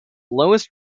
lowest